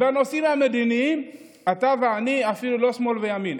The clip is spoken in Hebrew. בנושאים המדיניים אתה ואני אפילו לא שמאל וימין,